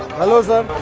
hello sir.